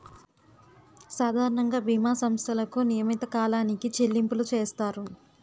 సాధారణంగా బీమా సంస్థలకు నియమిత కాలానికి చెల్లింపులు చేస్తారు